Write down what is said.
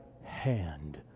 hand